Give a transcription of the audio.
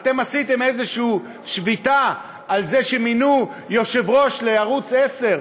אתם עשיתם איזו שביתה על זה שמינו יושב-ראש לערוץ 10,